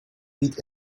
eat